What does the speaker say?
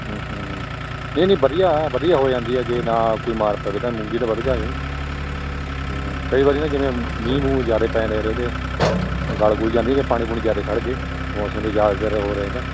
ਨਹੀਂ ਨਹੀਂ ਵਧੀਆ ਵਧੀਆ ਹੋ ਜਾਂਦੀ ਹੈ ਜੇ ਨਾ ਕੋਈ ਮਾਰ ਪਵੇ ਤਾਂ ਮੂੰਗੀ ਤਾਂ ਵਧੀਆ ਹੀ ਕਈ ਵਾਰ ਨਾ ਜਿਵੇਂ ਮੀਂਹ ਮੂੰਹ ਜ਼ਿਆਦਾ ਪੈਂ ਜਾਂਦੇ ਯਾਰ ਉਹਦੇ ਗਲ ਗੁਲ ਜਾਂਦੀ ਜੇ ਪਾਣੀ ਪੂਣੀ ਜ਼ਿਆਦਾ ਖੜ ਜਾਵੇ ਮੌਸਮ ਦੇ ਜ਼ਿਆਦਾ ਦੇਰ ਉਹ ਰਹੇ ਨਾ